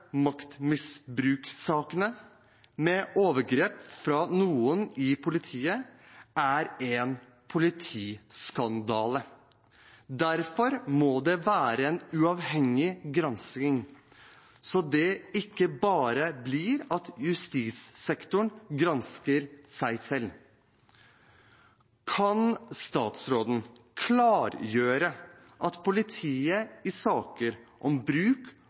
maktmisbrukssakene, med overgrep fra noen i politiet, er en politiskandale. Derfor må det være en uavhengig gransking, så det ikke bare blir at justissektoren gransker seg selv. Kan statsråden klargjøre at politiet i saker om bruk